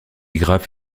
graf